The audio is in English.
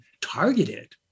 targeted